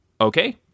Okay